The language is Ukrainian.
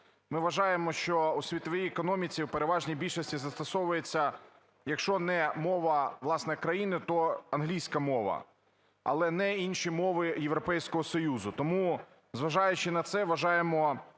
Ми вважаємо, що у світовій економіці в переважній більшості застосовується, якщо не мова власної країни, то англійська мова, але не інші мови Європейського Союзу. Тому, зважаючи на це, вважаємо